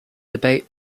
debate